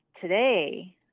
today